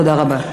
תודה רבה.